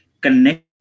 connect